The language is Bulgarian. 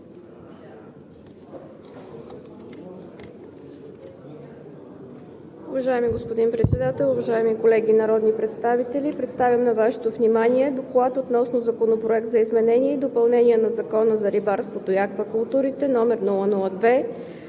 Уважаеми господин Председател, уважаеми колеги народни представители! Представям на Вашето внимание „ДОКЛАД относно Законопроект за изменение и допълнение на Закона за рибарството и аквакултурите, №